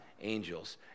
angels